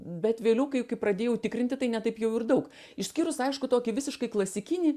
bet vėliau kai kai pradėjau tikrinti tai ne taip jau ir daug išskyrus aišku tokį visiškai klasikinį